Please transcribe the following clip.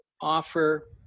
offer